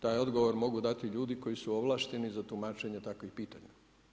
Taj odgovor mogu dati ljudi koji su ovlašteni za tumačenja takvih pitanja.